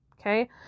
Okay